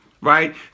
right